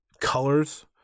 colors